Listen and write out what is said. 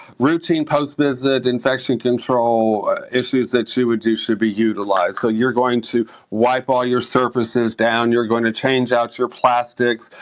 routine post-visit infection control issues that you would do should be utilized. so you're going to wipe all your surfaces down, you're going to change out your plastics,